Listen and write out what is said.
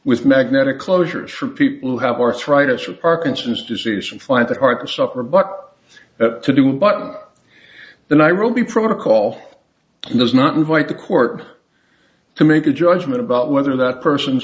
with magnetic closures for people who have arthritis or parkinson's disease and find that hard to suffer but to do it but the nairobi protocol does not invite the court to make a judgment about whether that person's